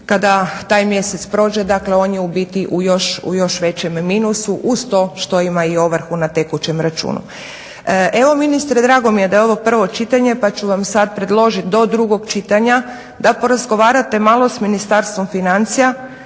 kada taj mjesec prođe dakle on je u biti u još većem minusu, uz to što ima i ovrhu na tekućem računu. Evo ministre drago mi je da je ovo prvo čitanje pa ću vam sad predložit do drugog čitanja da porazgovarate malo s Ministarstvom financija,